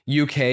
UK